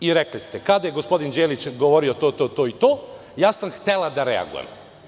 I rekli ste – kada je gospodin Đelić govorio to, to i to, ja sam htela da reagujem.